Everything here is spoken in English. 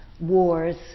Wars